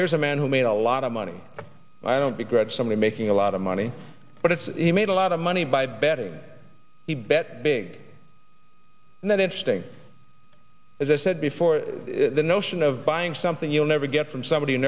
here's a man who made a lot of money i don't regret somebody making a lot of money but it's he made a lot of money by betting he bet big and then interesting as i said before the notion of buying something you'll never get from somebody